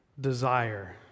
desire